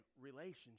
relationship